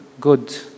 good